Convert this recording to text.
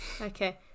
okay